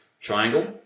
triangle